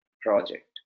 project